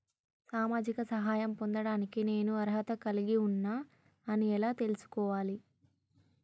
సామాజిక సహాయం పొందడానికి నేను అర్హత కలిగి ఉన్న అని ఎలా తెలుసుకోవాలి?